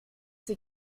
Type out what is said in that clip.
sie